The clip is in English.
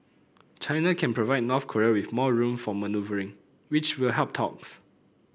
China can provide North Korea with more room for manoeuvring which will help talks